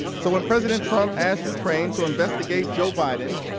so, when president trump asked ukraine to investigate joe biden,